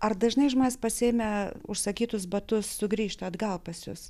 ar dažnai žmonės pasiėmę užsakytus batus sugrįžta atgal pas jus